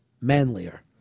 manlier